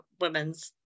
women's